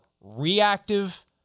reactive